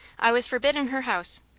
i was forbidden her house,